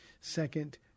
second